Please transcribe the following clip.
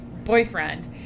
boyfriend